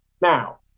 Now